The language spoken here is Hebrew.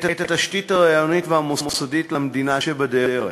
התשתית הרעיונית והמוסדית למדינה שבדרך.